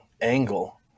angle